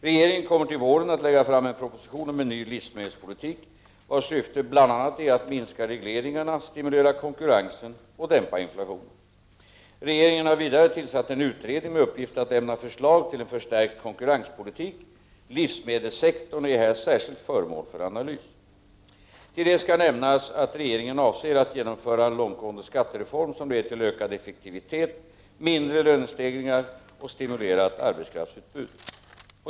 Regeringen kommer till våren att lägga fram en proposition om en ny livsmedelspolitik, vars syfte bl.a. är att minska regleringarna, stimulera konkurrensen och dämpa inflationen. Regeringen har vidare tillsatt en utredning med uppgift att lämna förslag till en förstärkt konkurrenspolitik, livsmedelssektorn är här särskilt föremål för analys. Till detta skall nämnas att regeringen avser att genomföra en långtgående skattereform som leder till ökad effektivitet, mindre lönestegringar och stimulerat arbetskraftsutbud.